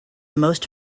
most